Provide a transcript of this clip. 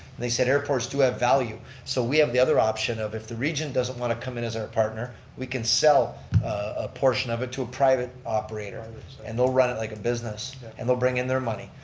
they said airports do have value, so we have the other option of if the region doesn't want to come in as our partner, we can sell a portion of it to a private operator and they're run it like a business and they'll bring in their money.